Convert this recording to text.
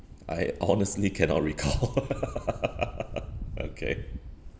I honestly cannot recall okay